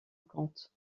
compte